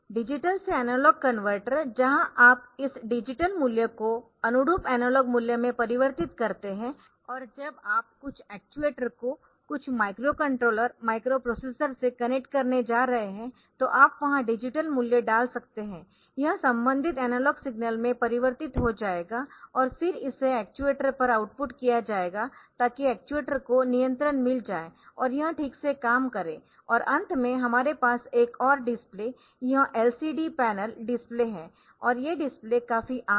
digital से analogue converter जहां आप इस डिजिटल मूल्य को अनुरूप एनालॉग मूल्य में परिवर्तित करते है और जब आप कुछ एक्ट्यूएटर को कुछ माइक्रोकंट्रोलर माइक्रोप्रोसेसर से कनेक्ट करने जा रहे है तो आप वहां डिजिटल मूल्य डाल सकते है यह संबंधित एनालॉग सिग्नल में परिवर्तित हो जाएगा और फिर इसे एक्चुएटर पर आउटपुट किया जायेगा ताकि एक्ट्यूएटर को नियंत्रण मिल जाए और यह ठीक से काम करे और अंत में हमारे पास एक और डिस्प्ले यह LCD पैनल डिस्प्ले है और ये डिस्प्ले काफी आम है